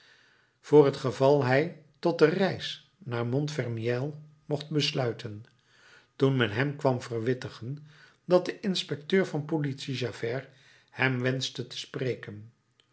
voor t geval hij tot de reis naar montfermeil mocht besluiten toen men hem kwam verwittigen dat de inspecteur van politie javert hem wenschte te spreken